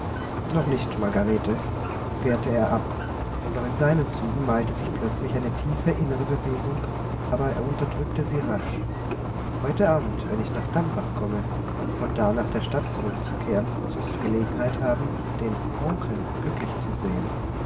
noch nicht margarete wehrte er ab und auch in seinen zügen malte sich plötzlich eine tiefe innere bewegung aber er unterdrückte sie rasch heute abend wenn ich nach dambach komme um von da nach der stadt zurückzukehren sollst du gelegenheit haben den onkel glücklich zu sehen